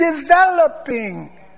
developing